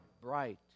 bright